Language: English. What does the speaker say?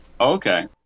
Okay